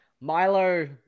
Milo